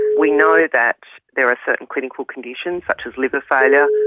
we know that there are certain clinical conditions, such as liver failure,